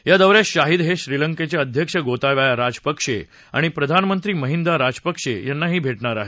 या दौऱ्यात शाहिद हे श्रीलंकेचे अध्यक्ष गोताबाया राजपक्षे आणि प्रधानमंत्री महींदा राजपक्षे यांना भेटणा आहेत